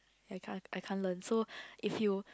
I can't I can't learn so if you